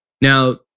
now